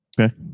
Okay